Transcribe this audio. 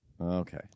Okay